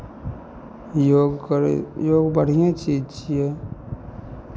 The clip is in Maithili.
योग करै योग बढ़िएँ चीज छियै